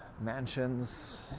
mansions